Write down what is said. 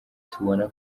tubona